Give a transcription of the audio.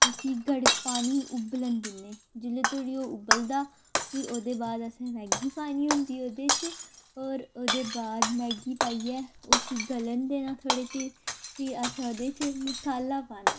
उसी गड़ पानी उब्बलन दिन्ने जेल्लै धोड़ी ओह् उब्बलदा फिर ओह्दे बाद असें मैगी पानी होंदी ओह्दे च होर ओह्दे बाद मैगी पाइयै उसी गलन देना थोह्ड़े चिर फ्ही असें ओह्दे च मसाला पाना